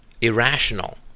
irrational